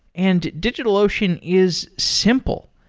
and digitalocean is simple.